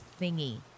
thingy